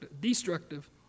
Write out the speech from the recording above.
destructive